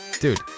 dude